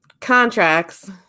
Contracts